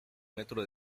metro